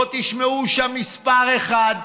לא תשמעו שם מספר אחד,